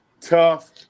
tough